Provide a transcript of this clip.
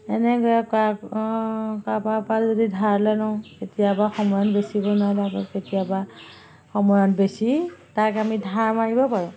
এনেকৈয়ে কাৰবাৰ পৰা যদি ধাৰলে লওঁ সময়ত কেতিয়াবা সময়ত বেচি তাক আমি ধাৰ মাৰিব পাৰোঁ